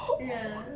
ya